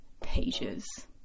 pages